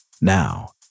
now